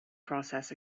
process